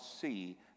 see